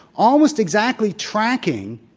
almost exactly tracking